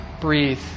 breathe